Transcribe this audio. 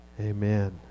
Amen